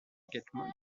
magical